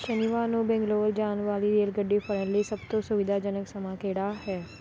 ਸ਼ਨੀਵਾਰ ਨੂੰ ਬੈਂਗਲੌਰ ਜਾਣ ਵਾਲੀ ਰੇਲਗੱਡੀ ਫੜਨ ਲਈ ਸਭ ਤੋਂ ਸੁਵਿਧਾਜਨਕ ਸਮਾਂ ਕਿਹੜਾ ਹੈ